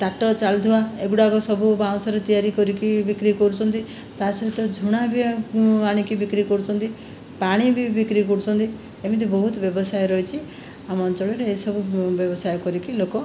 ତାଟ ଚାଉଳ ଧୁଆ ଏଗୁଡ଼ାକ ସବୁ ବାଉଁଶରୁ ତିଆରି କରିକି ବିକ୍ରି କରୁଛନ୍ତି ତା ସହିତ ଝୁଣା ବି ଆଣିକି ବିକ୍ରି କରୁଛନ୍ତି ପାଣି ବି ବିକ୍ରି କରୁଛନ୍ତି ଏମିତି ବହୁତ ବ୍ୟବସାୟ ରହିଛି ଆମ ଅଞ୍ଚଳରେ ଏସବୁ ବ୍ୟବସାୟ କରିକି ଲୋକ